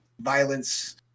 violence